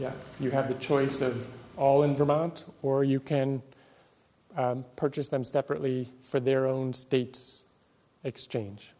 e you have the choice of all in vermont or you can purchase them separately for their own state exchange